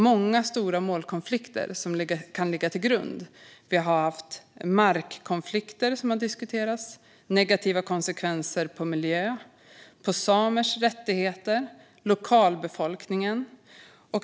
Många stora målkonflikter kan uppstå. Det har diskuterats markkonflikter och negativa konsekvenser för miljö, samers rättigheter och lokalbefolkningen.